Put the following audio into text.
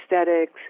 aesthetics